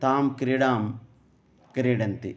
तां क्रीडां क्रीडन्ति